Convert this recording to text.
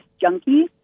junkie